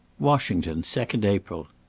washington, second april.